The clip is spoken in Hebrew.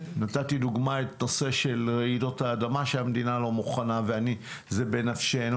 נתתי כדוגמה את הנושא של רעידות האדמה שהמדינה לא מוכנה וזה בנפשנו